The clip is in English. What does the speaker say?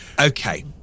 Okay